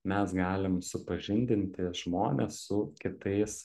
mes galim supažindinti žmones su kitais